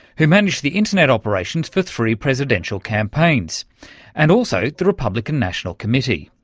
who managed the internet operations for three presidential campaigns and also the republican national committee.